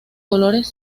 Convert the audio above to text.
colores